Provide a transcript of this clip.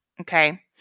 okay